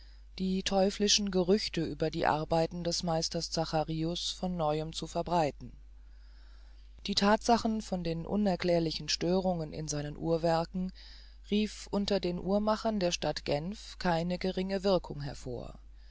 die teuflischen gerüchte über die arbeiten des meister zacharius von neuem zu verbreiten die thatsache von den unerklärlichen störungen in seinen uhrwerken rief unter den uhrmachern der stadt genf keine geringe wirkung hervor